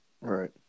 right